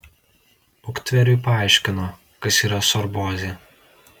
uktveriui paaiškino kas yra sorbozė